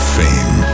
fame